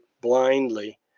blindly